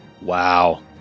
wow